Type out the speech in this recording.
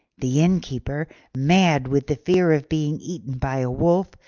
the innkeeper, mad with the fear of being eaten by a wolf,